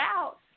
out